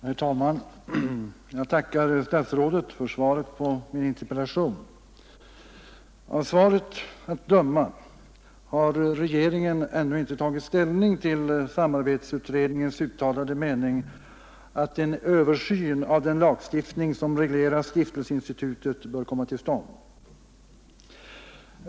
Herr talman! Jag tackar statsrådet för svaret på min interpellation. Av svaret att döma har regeringen inte ännu tagit ställning till samarbetsutred ningens uttalade mening, att en översyn av den lagstiftning som reglerar stiftelseinstitutet bör komma till stånd.